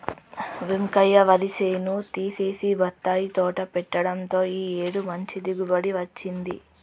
వెంకయ్య వరి చేను తీసేసి బత్తాయి తోట పెట్టడంతో ఈ ఏడు మంచి దిగుబడి వచ్చింది